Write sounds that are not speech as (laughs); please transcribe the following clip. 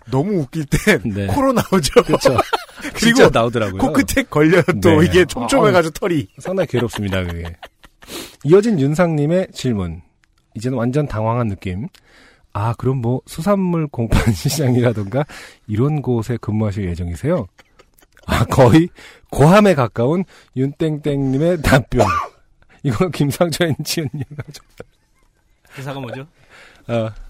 너무 웃길 땐 네. 코로 나오죠. 그쵸. (laughs) 그리고 진짜 나오더라고요. 코끝에 걸려요. 또 네. 이게 촘촘해가지고 아, 어. 털이. 상당히 괴롭습니다, 그게. 이어진 윤상님의 질문. 이제는 완전 당황한 느낌. 아, 그럼 뭐 수산물 공판 시장이라던가 이런 곳에 근무하실 예정이세요? 아, 거의 고함에 가까운 윤땡땡님의 답변. 이건 김상철 엔지니어가 좀- 기사가 뭐죠? 어.